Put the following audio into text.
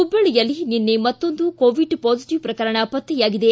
ಹುಬ್ಬಳ್ಳಿಯಲ್ಲಿ ನಿನ್ನೆ ಮತ್ತೊಂದು ಕೋವಿಡ್ ಪಾಸಿಟಿವ್ ಪ್ರಕರಣ ಪತ್ತೆಯಾಗಿದೆ